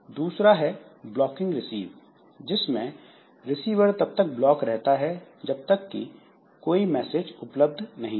दूसरा है blocking receive जिसमें रिसीवर तब तक ब्लॉक रहता है जब तक कि कोई मैसेज उपलब्ध नहीं है